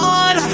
on